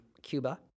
Cuba